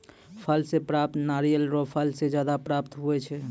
फल से प्राप्त नारियल रो फल से ज्यादा प्राप्त हुवै छै